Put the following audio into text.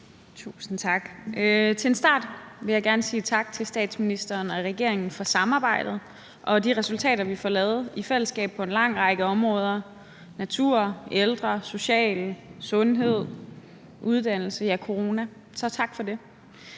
Tusind tak. Til en start vil jeg gerne sige tak til statsministeren og regeringen for samarbejdet og de resultater, vi får lavet i fællesskab på en lang række områder: natur, ældre, social, sundhed, uddannelse, corona. Så tak for det.